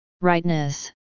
rightness